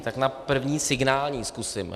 Tak na první signální zkusím.